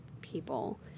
people